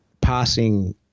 passing